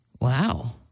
Wow